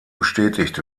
bestätigt